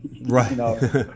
Right